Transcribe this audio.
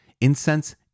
Incense